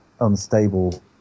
unstable